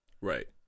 Right